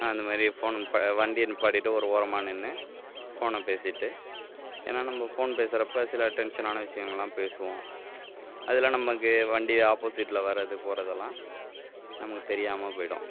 அந்தமாதிரி ஃபோன் இப்போ வண்டியை நிப்பாட்டிவிட்டு ஒரு ஓரமாக நின்று ஃபோனை பேசிவிட்டு ஏன்னா நம்ம ஃபோன் பேசுகிறப்ப சில டென்ஷனான விஷயங்கள்லாம் பேசுவோம் அதெல்லாம் நமக்கு வண்டி ஆப்போசிட்டில் வரது போகிறதெல்லாம் நமக்கு தெரியாமல் போயிடும்